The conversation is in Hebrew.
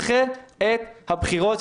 ונדחה את הבחירות,